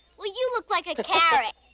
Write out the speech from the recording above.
well, you look like a carrot.